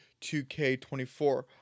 2K24